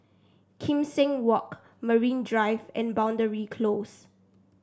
Kim Seng Walk Marine Drive and Boundary Close